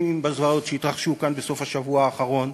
בזוועות שהתרחשו כאן בסוף השבוע האחרון?